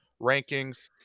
rankings